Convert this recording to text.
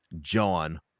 John